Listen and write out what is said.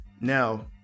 now